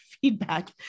feedback